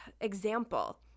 example